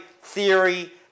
theory